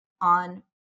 on